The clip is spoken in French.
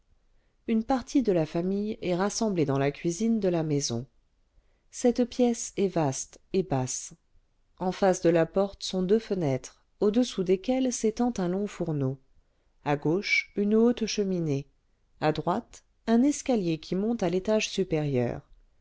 une partie de la famille est rassemblée dans la cuisine de la maison cette pièce est vaste et basse en face de la porte sont deux fenêtres au-dessous desquelles s'étend un long fourneau à gauche une haute cheminée à droite un escalier qui monte à l'étage supérieur